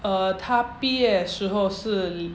uh 他毕业时候是